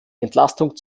entlastung